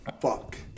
Fuck